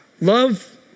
Love